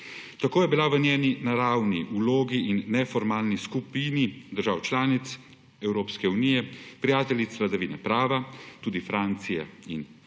Tako je bila v svoji naravni vlogi v neformalni skupini držav članic Evropske unije prijateljic vladavine prava, tudi Francije in